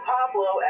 Pablo